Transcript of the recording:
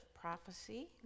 prophecy